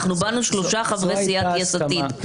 באנו שלושה חברי סיעת יש עתיד,